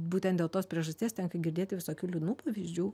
būtent dėl tos priežasties tenka girdėti visokių liūdnų pavyzdžių